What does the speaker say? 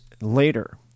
later